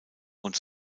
und